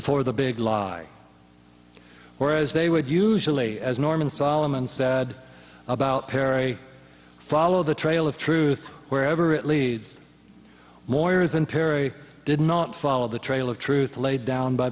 for the big lie whereas they would usually as norman solomon said about perry follow the trail of truth wherever it leads more than perry did not follow the trail of truth laid down by